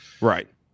Right